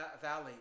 Valley